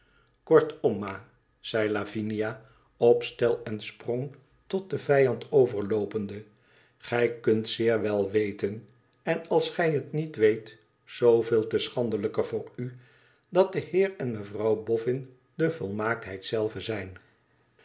ma zei lavinia op stel en sprong tot den vijand overloopende gij kmit zeer wel weten en als gij het niet weet zooveel te schandelijker voor ui dat de heer en mevrouw fioio de volmaaktheid zelve zijn